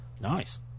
Nice